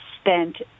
spent